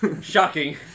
shocking